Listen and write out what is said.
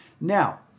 Now